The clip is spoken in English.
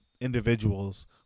individuals